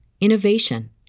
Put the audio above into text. innovation